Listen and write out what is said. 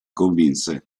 convinse